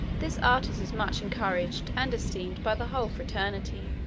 this artist is much encouraged and esteemed by the whole fraternity.